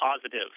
positive